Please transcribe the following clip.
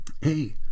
hey